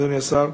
אדוני השר,